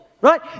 Right